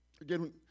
Again